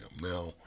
Now